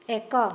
ଏକ